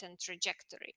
trajectory